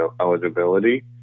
eligibility